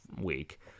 week